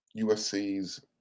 USC's